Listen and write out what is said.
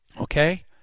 Okay